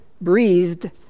breathed